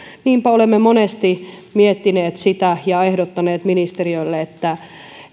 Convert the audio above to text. niinpä olemme monesti miettineet sitä ja ehdottaneet ministeriölle että